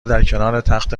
درکنارتخت